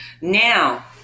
Now